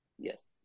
Yes